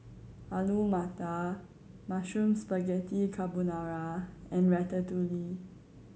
Alu Matar Mushroom Spaghetti Carbonara and Ratatouille